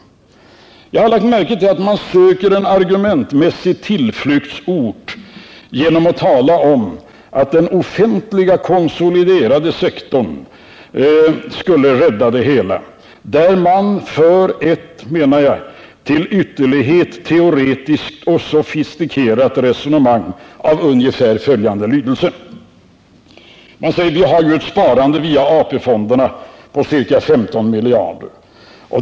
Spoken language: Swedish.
Jag har lagt märke till att man söker en argumentsmässig tillflyktsort genom att tala om att den offentliga konsoliderade sektorn skulle rädda det hela. Man för, enligt min mening, ett till ytterlighet teoretiskt och sofistikerat resonemang av ungefär följande innehåll. Man säger att vi ju har ett sparande via AP-fonderna på ca 15 miljarder.